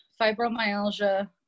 fibromyalgia